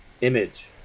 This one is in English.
Image